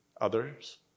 Others